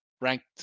Ranked